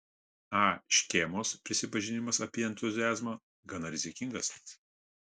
a škėmos prisipažinimas apie entuziazmą gana rizikingas